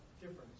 difference